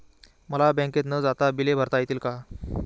मला बँकेत न जाता बिले भरता येतील का?